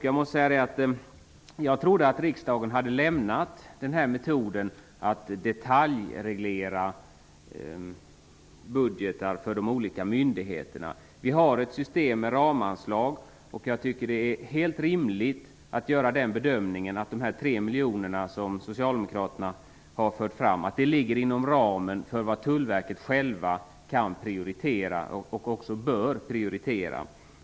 Jag måste säga att jag trodde att riksdagen hade lämnat metoden att detaljreglera budgetar för de olika myndigheterna. Vi har ett system med ramanslag, och jag tycker att det är helt rimligt att göra den bedömningen att de 3 miljoner som Socialdemokraterna har fört fram ligger inom ramen för vad Tullverket självt kan prioritera och också bör prioritera.